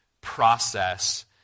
process